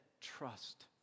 trust